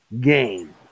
game